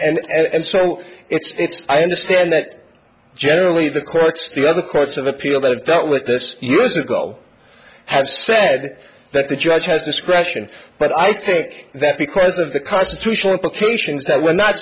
serious and so it's i understand that generally the courts the other courts of appeal that i've dealt with this years ago have said that the judge has discretion but i think that because of the constitutional implications that we're not